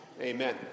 Amen